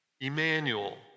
Emmanuel